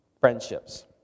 friendships